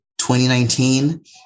2019